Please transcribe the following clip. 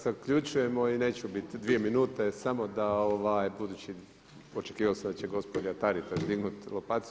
Zaključujemo i neću biti dvije minute samo da, budući očekivao sam da će gospođa Taritaš dignuti lopaticu.